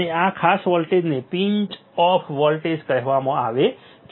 અને આ ખાસ વોલ્ટેજને પિન્ચ ઑફ વોલ્ટેજ કહેવામાં આવે છે